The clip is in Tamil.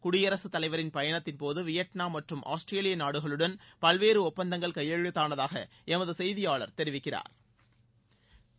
குடியரசுத் தலைவரின் பயணத்தின்போது வியட்நாம் மற்றும் ஆஸ்திரேலிய நாடுகளுடன் பல்வேறு ஒப்பந்தங்கள் கையெழுத்தானதாக எமது செய்தியாளா் தெரிவிக்கிறாா்